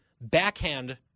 backhand